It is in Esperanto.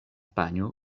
panjo